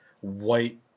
white